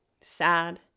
sad